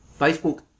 Facebook